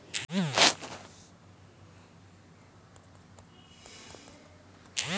देश मे अनाज उपजाकेँ बढ़ाबै लेल साठि केर दशक मे हरित क्रांति आनल गेल रहय